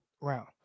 round